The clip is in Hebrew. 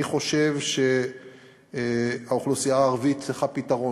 אני חושב שהאוכלוסייה הערבית צריכה פתרון,